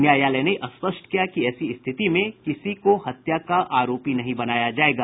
न्यायालय ने स्पष्ट किया कि ऐसी स्थिति में किसी को हत्या का आरोपी नहीं बनाया जायेगा